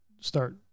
start